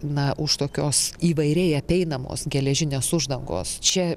na už tokios įvairiai apeinamos geležinės uždangos čia